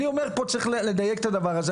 אני אומר, פה צריך לדייק את הדבר הזה.